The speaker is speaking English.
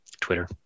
Twitter